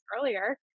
earlier